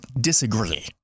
disagree